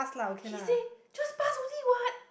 he say just passed only what